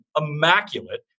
immaculate